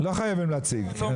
לא חייבים להציג.